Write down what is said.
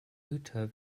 güter